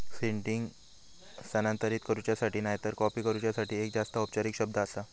seeding स्थानांतरित करूच्यासाठी नायतर कॉपी करूच्यासाठी एक जास्त औपचारिक शब्द आसा